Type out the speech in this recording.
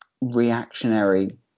reactionary